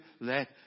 let